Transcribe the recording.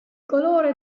colore